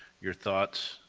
your thoughts.